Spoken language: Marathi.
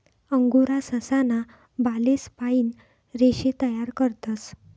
अंगोरा ससा ना बालेस पाइन रेशे तयार करतस